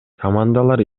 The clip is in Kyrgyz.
командалар